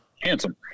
handsome